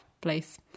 place